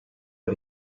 but